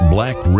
Black